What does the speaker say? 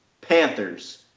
Panthers